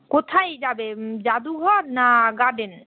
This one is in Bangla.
কোথায় যাবে যাদুঘর না গার্ডেন